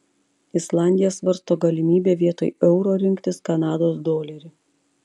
islandija svarsto galimybę vietoj euro rinktis kanados dolerį